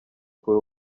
kuri